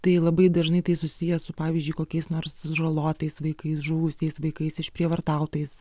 tai labai dažnai tai susiję su pavyzdžiui kokiais nors sužalotais vaikais žuvusiais vaikais išprievartautais